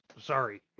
Sorry